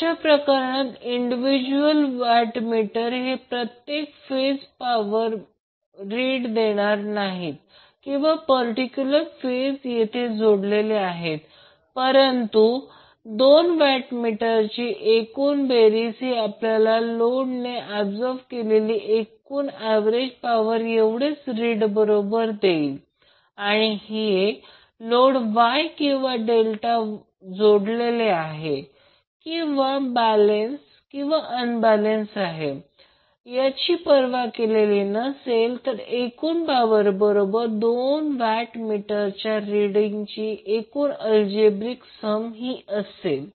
अशा प्रकरणात individual wattmeter हे प्रत्येक फेज पॉवर वापरण्याचे रिड देणार नाही किंवा पर्टिक्युलर फेज येथे जोडलेले आहे परंतु दोन वॅट मीटरची एकूण बेरीज ही आपल्याला लोडने ऍबसॉर्ब केलेली एकूण ऍव्हरेज पॉवर एवढेच रिड बरोबर देईल आणि हे लोड Y किंवा डेल्टा जोडलेला आहे किंवा बॅलेन्स किंवा अनबॅलेन्स आहे याची परवा केलेली नसेल तर एकूण पॉवर बरोबर दोन वॅट मीटरच्या रिडची एकूण अल्जेब्रिक सम असेल